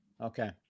Okay